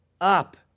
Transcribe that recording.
up